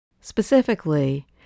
Specifically